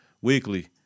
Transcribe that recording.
Weekly